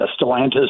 Stellantis